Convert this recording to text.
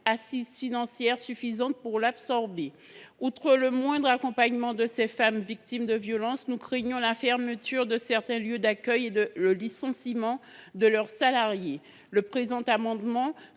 assise financière suffisante pour l’absorber. Outre un moindre accompagnement des femmes victimes de violences, nous craignons la fermeture de certains lieux d’accueil et le licenciement de leurs salariés. Le présent amendement,